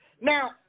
Now